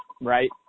right